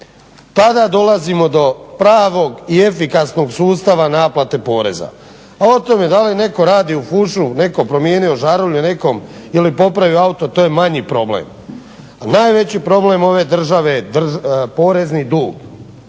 Tada dolazimo do pravog i efikasnog sustava naplate poreza. A o tome da li netko radi u fušu, netko promijenio žarulju nekom ili popravio auto to je manji problem. Najveći problem ove države je porezni dug,